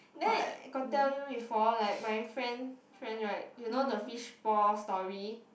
then I got tell you before like my friend friend right you know the fishball story